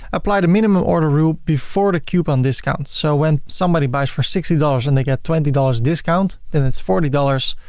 apply the minimum order rule before the coupon discounts. so when somebody buys for sixty dollars and they get twenty dollars discount then it's forty dollars,